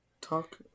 talk